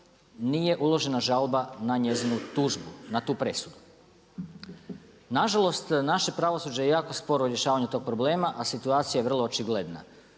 nije uložena žalba na njezinu tužbu na tu presudu. Nažalost, naše pravosuđe je jako sporo u rješavanju tog problema, a situacija je vrlo očigledna.